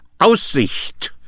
Aussicht